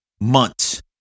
months